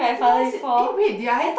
I don't know eh wait did I